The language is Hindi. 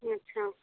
अच्छा